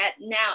now